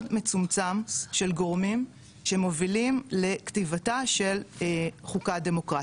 מצומצם של גורמים שמובילים לכתיבתה של חוקה דמוקרטית,